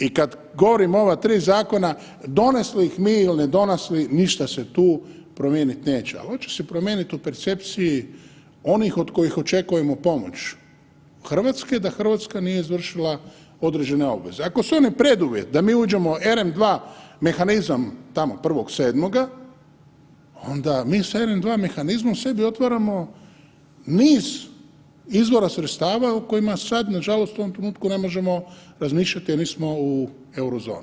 I kad govorim o ova tri zakona donesli ih mi ili ne donesli ništa se tu promijenit neće, ali oće se promijenit u percepciji onih od kojih očekujemo pomoć od Hrvatske, da Hrvatska nije izvršila određene obveze, ako su one preduvjet da mi uđemo u ERM II mehanizam tamo 1.7., onda mi sa ERM II mehanizmom sebi otvaramo niz izvora sredstava o kojima sad nažalost u ovom trenutku ne možemo razmišljati jer nismo u euro zoni.